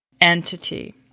entity